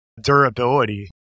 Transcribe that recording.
durability